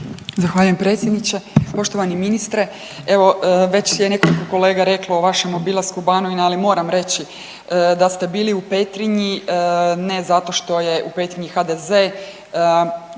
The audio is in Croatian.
Zahvaljujem predsjedniče. Poštovani ministre, evo već je nekoliko kolega reklo o vašem obilasku Banovine, ali moram reći da ste bili u Petrinji ne zato što je u Petrinji HDZ,